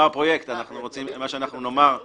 מר פרויקט, מה שאנחנו נאמר הוא